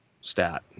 stat